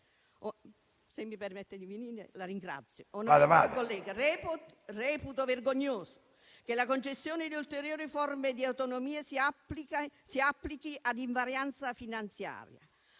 sottratte al Sud Italia. Reputo vergognoso che la concessione di ulteriori forme di autonomia si applichi ad invarianza finanziaria